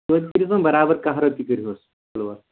برابر کَہہ رۄپیہِ کٔرۍہُس لٲر